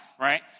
right